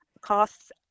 costs